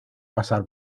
pasar